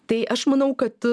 tai aš manau kad